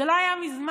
זה לא היה מזמן.